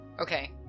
Okay